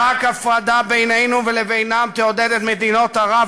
צריך רק לשמוע, לראות מה הילדים לומדים שם.